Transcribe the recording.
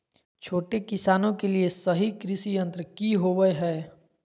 छोटे किसानों के लिए सही कृषि यंत्र कि होवय हैय?